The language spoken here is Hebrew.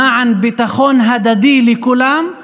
למען ביטחון הדדי לכולם,